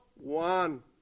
one